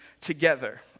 together